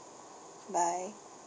bye